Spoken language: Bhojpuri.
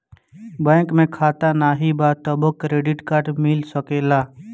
बैंक में खाता नाही बा तबो क्रेडिट कार्ड मिल सकेला?